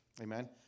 amen